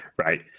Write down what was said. Right